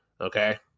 Okay